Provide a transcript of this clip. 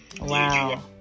Wow